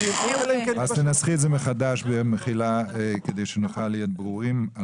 תנסחי את זה מחדש כדי שנוכל להיות ברורים.